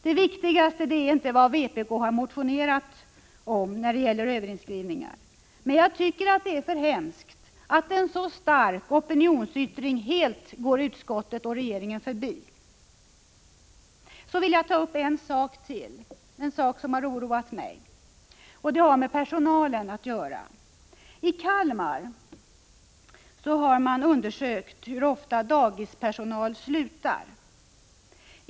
Det viktigaste är således inte att vpk har motionerat mot överinskrivningar. Men jag tycker att det är för hemskt att en sådan stark opinionsyttring helt går utskottet och regeringen förbi. Låt mig ta upp ytterligare en sak, en sak som har oroat mig. Den har med personalen att göra. I Kalmar har man undersökt hur ofta dagispersonal slutar.